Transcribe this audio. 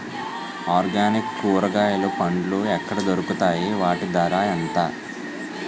Organic కూరగాయలు పండ్లు ఎక్కడ దొరుకుతాయి? వాటి ధర ఎంత?